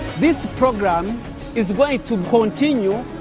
this program is going to continue,